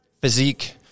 physique